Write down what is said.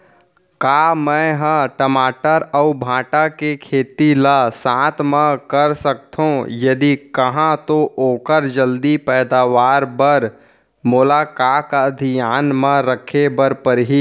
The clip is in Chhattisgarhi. का मै ह टमाटर अऊ भांटा के खेती ला साथ मा कर सकथो, यदि कहाँ तो ओखर जलदी पैदावार बर मोला का का धियान मा रखे बर परही?